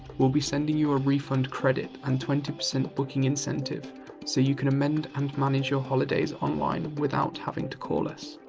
we'll be sending you a refund credit and twenty percent booking incentive so you can amend and manage your holidays online without having to call us.